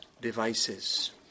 devices